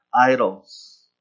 idols